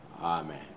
Amen